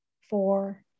four